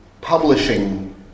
publishing